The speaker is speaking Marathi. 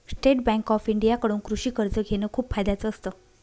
स्टेट बँक ऑफ इंडिया कडून कृषि कर्ज घेण खूप फायद्याच असत